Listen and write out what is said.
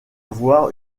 avoir